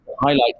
highlight